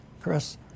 Chris